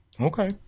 Okay